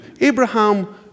Abraham